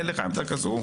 אין לך עמדה כזו?